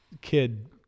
kid